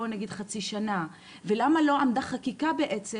נגיד חצי שנה ולמה לא עמדה חקיקה בעצם,